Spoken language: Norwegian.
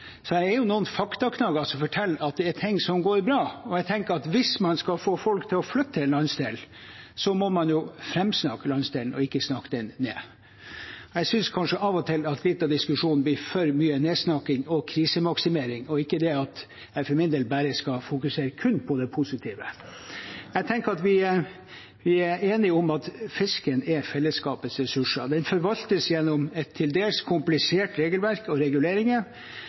er det noen faktaknagger som forteller at det går bra. Jeg tenker at hvis man skal få folk til å flytte til en landsdel, må man framsnakke landsdelen, ikke snakke den ned. Jeg synes kanskje av og til at litt av diskusjonen blir for mye nedsnakking og krisemaksimering, selv om det ikke er slik at jeg for min del skal fokusere kun på det positive. Jeg tenker at vi er enige om at fisken er fellesskapets ressurser. Den forvaltes gjennom et til dels komplisert regelverk og reguleringer